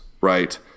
right